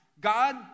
God